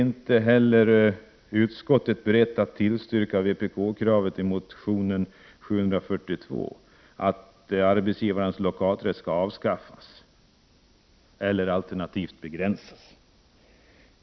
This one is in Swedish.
Inte heller utskottet är berett att tillstyrka vpk-kravet i motion A742 att arbetsgivarens lockouträtt skall avskaffas, alternativt begränsas.